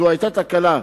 זו היתה תקלה.